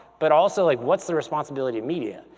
but also like what's the responsibility of media.